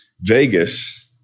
Vegas